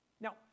Now